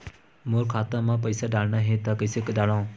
मोर खाता म पईसा डालना हे त कइसे डालव?